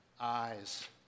eyes